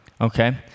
okay